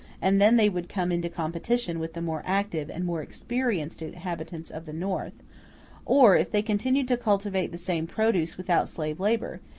and then they would come into competition with the more active and more experienced inhabitants of the north or, if they continued to cultivate the same produce without slave labor,